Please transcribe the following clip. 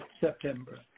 September